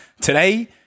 today